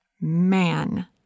Man